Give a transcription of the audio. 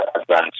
advance